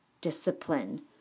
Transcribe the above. discipline